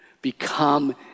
Become